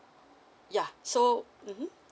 ya so mmhmm